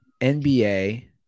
NBA